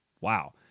wow